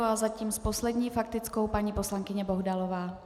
A zatím s poslední faktickou paní poslankyně Bohdalová.